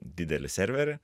didelį serverį